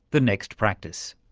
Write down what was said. the next practice.